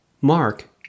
Mark